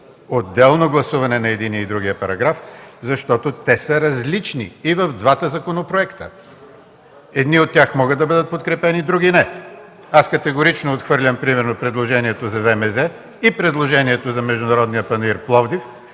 отделно гласуване на единия и другия параграф, защото те са различни и в двата законопроекта. Едни от тях могат да бъдат подкрепени, други – не. Аз категорично отхвърлям примерно предложението за ВМЗ и предложението за Международния панаир в Пловдив,